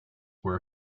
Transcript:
were